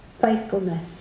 Faithfulness